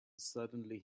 suddenly